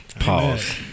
Pause